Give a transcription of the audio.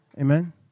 Amen